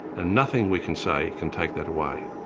and nothing we can say can take that away.